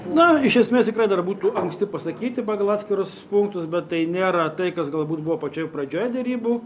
na iš esmės tikrai dar būtų anksti pasakyti pagal atskirus punktus bet tai nėra tai kas galbūt buvo pačioj pradžioj derybų